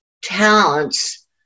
talents